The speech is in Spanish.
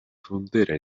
frontera